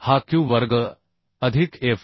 हा क्यू वर्ग अधिक एफ